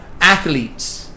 athletes